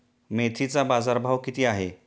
मेथीचा बाजारभाव किती आहे?